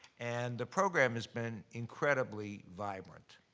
and the program has been incredibly vibrant.